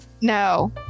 No